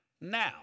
now